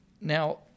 now